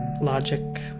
logic